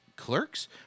Clerks